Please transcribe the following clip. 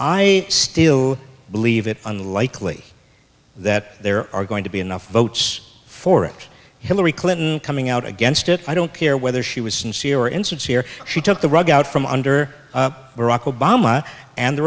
i still believe it unlikely that there are going to be enough votes for it hillary clinton coming out against it i don't care whether she was sincere or insincere she took the rug out from under barack obama and the